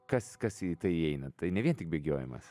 kas kas į tai įeina tai ne vien tik bėgiojimas